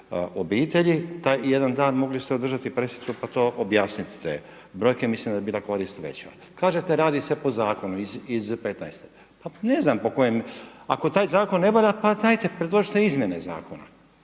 obitelji taj jedan dan, mogli ste održati pressicu pa to objasniti te brojke, mislim da bi bila korist veća. Kažete radi se po zakonu iz '15.-te, pa ne znam po kojem, ako taj zakon ne valja, pa dajte, predložite izmjene zakona.